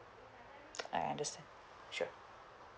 I understand sure